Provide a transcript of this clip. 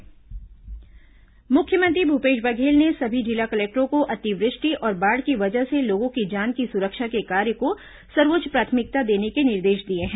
बारिश मुख्यमंत्री निर्देश मुख्यमंत्री भूपेश बघेल ने सभी जिला कलेक्टरों को अतिवृष्टि और बाढ़ की वजह से लोगों की जान की सुरक्षा के कार्य को सर्वोच्च प्राथमिकता देने के निर्देश दिए हैं